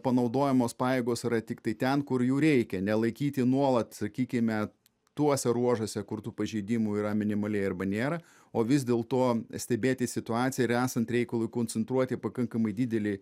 panaudojamos pajėgos yra tiktai ten kur jų reikia nelaikyti nuolat sakykime tuose ruožuose kur tų pažeidimų yra minimaliai arba nėra o vis dėl to stebėti situaciją ir esant reikalui koncentruoti pakankamai didelį